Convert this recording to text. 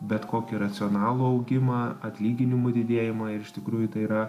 bet kokį racionalų augimą atlyginimų didėjimą ir iš tikrųjų tai yra